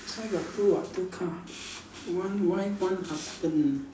that's why got two [what] two car one wife one husband